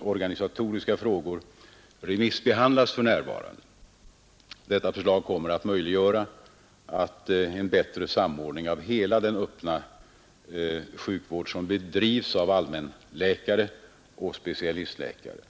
organisatoriska frågor remissbehandlas för närvarande. Detta förslag kommer att möjliggöra en bättre samordning av hela den öppna sjukvård som bedrivs av allmänläkare och specialistläkare.